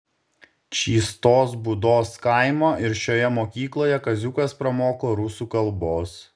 čystos būdos kaimo ir šioje mokykloje kaziukas pramoko rusų kalbos